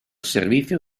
servizio